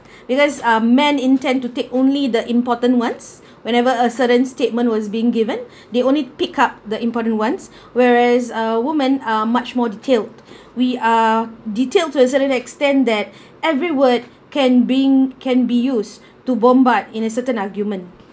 because uh men intend to take only the important ones whenever a certain statement was being given they only pick up the important ones whereas uh women are much more detailed we are detailed to a certain extend that every word can being can be used to bombard in a certain argument